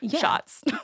shots